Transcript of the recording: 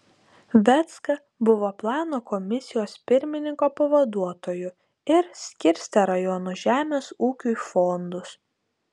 vecka buvo plano komisijos pirmininko pavaduotoju ir skirstė rajonų žemės ūkiui fondus